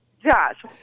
Josh